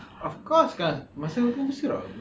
of course kan masa tu berselerak lah